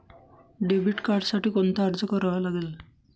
Debit कार्डसाठी कोणता अर्ज करावा लागेल?